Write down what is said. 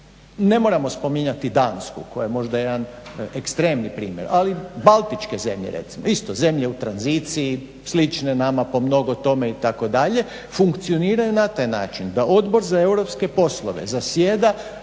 Ne moramo spominjati Dansku koja je možda jedan ekstremni primjer, ali baltičke zemlje recimo. Isto zemlje u tranziciji, slične nama po mnogo tome itd. funkcioniraju na taj način da Odbor za europske poslove zasjeda